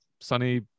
sunny